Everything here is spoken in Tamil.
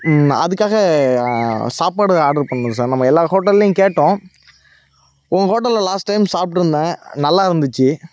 அதுக்காக சாப்பாடு ஆர்டர் பண்ணணும் சார் நம்ம எல்லா ஹோட்டலையும் கேட்டோம் உங்கள் ஹோட்டலில் லாஸ்ட் டைம் சாப்பிட்டுருந்தேன் நல்லா இருந்துச்சு